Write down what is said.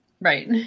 Right